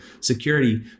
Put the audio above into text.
security